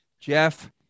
jeff